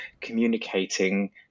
communicating